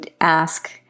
ask